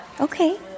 Okay